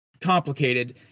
complicated